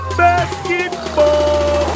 basketball